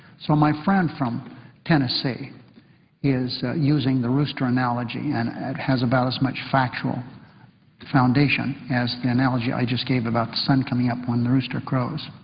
so my friend from tennessee is using the rooster analogy and and has about as much factual foundation as the analogy i just gave about the sun coming up when the rooster crows.